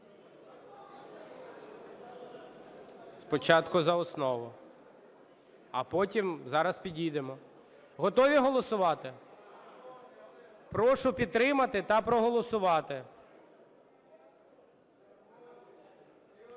Спочатку за основу. А потім… зараз підійдемо. Готові голосувати? Прошу підтримати та проголосувати.